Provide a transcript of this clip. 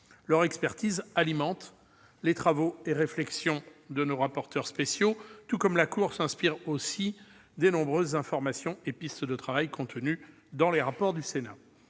Leur expertise alimente les travaux et réflexions de nos rapporteurs spéciaux, tout comme la Cour des comptes s'inspire aussi des nombreuses informations et pistes de travail contenues dans les rapports du Sénat.